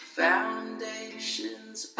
foundations